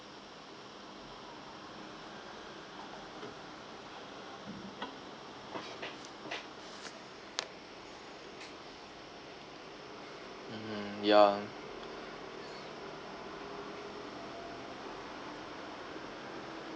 mmhmm ya